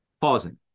Pausing